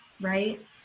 right